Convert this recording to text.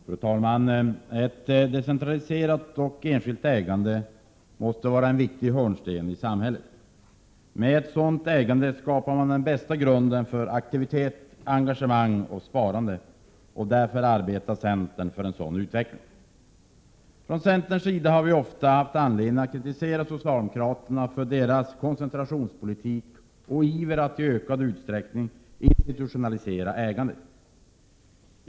Fru talman! Ett decentraliserat och enskilt ägande måste vara en viktig hörnsten i samhället. Med ett sådant ägande skapar man den bästa grunden för aktivitet, engagemang och sparande, och därför arbetar centern för en sådan utveckling. Från centerns sida har vi ofta haft anledning att kritisera socialdemokraterna för deras koncentrationspolitik och iver att i ökad utsträckning institutionalisera ägandet.